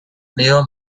leo